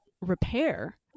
repair